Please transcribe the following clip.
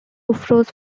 rufous